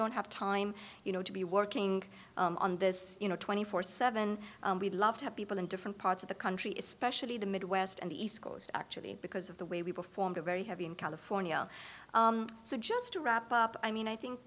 don't have time you know to be working on this you know twenty four seven we'd love to have people in different parts of the country especially the midwest and the east coast actually because of the way we performed a very heavy in california so just to wrap up i mean i think